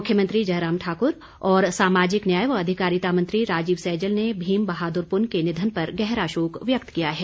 मुख्यमंत्री जयराम ठाकुर और सामाजिक न्याय व अधिकारिता मंत्री राजीव सैजल ने भीम बहादुर पुन के निधन पर गहरा शोक व्यक्त किया है